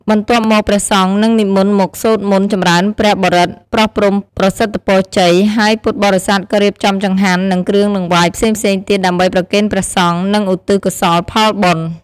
បន្ទាប់មក ព្រះសង្ឃនឹងនិមន្តមកសូត្រមន្តចំរើនព្រះបរិត្ត ប្រោះព្រំប្រសិទ្ធពរជ័យ ហើយពុទ្ធបរិស័ទក៏រៀបចំចង្ហាន់ និងគ្រឿងដង្វាយផ្សេងៗទៀតដើម្បីប្រគេនព្រះសង្ឃ និងឧទ្ទិសកុសលផលបុណ្យ។